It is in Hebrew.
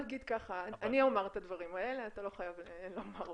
אומר את הדברים האלה, אתה לא חייב לומר אותם.